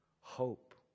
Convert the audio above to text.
hope